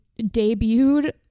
debuted